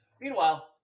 Meanwhile